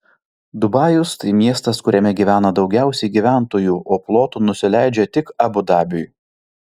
dubajus tai miestas kuriame gyvena daugiausiai gyventojų o plotu nusileidžia tik abu dabiui